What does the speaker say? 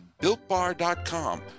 BuiltBar.com